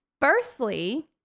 Firstly